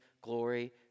glory